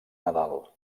nadal